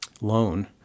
loan